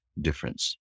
difference